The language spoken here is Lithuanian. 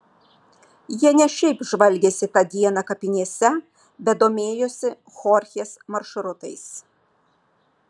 jie ne šiaip žvalgėsi tą dieną kapinėse bet domėjosi chorchės maršrutais